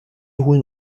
holen